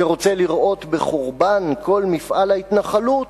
שרוצה לראות בחורבן כל מפעל ההתנחלות,